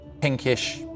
pinkish